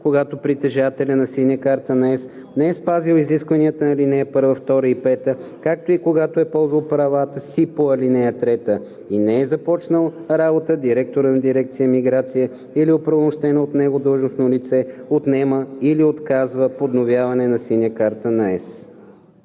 Когато притежателят на „Синя карта на ЕС“ не е спазил изискванията на ал. 1, 2 и 5, както и когато е ползвал правата си по ал. 3 и не е започнал работа, директорът на дирекция „Миграция“ или оправомощено от него длъжностно лице отнема или отказва подновяването на „Синя карта на ЕС“.“